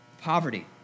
poverty